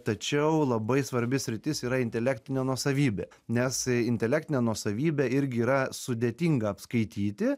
tačiau labai svarbi sritis yra intelektinė nuosavybė nes intelektinę nuosavybę irgi yra sudėtinga apskaityti